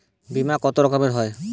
বিমা কত রকমের হয়?